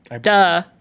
duh